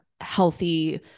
healthy